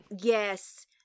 Yes